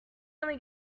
only